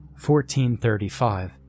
1435